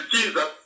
Jesus